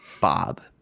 Bob